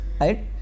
Right